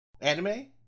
Anime